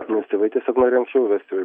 nes tėvai tiesiog nori anksčiau vesti vai